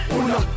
una